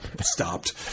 stopped